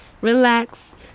relax